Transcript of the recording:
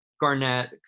Garnett